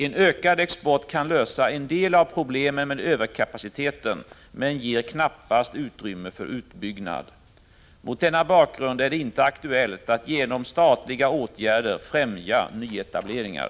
En ökad export kan lösa en del av problemen med överkapaciteten, men ger knappast utrymme för utbyggnad. Mot denna bakgrund är det inte aktuellt att genom statliga åtgärder främja nyetableringar.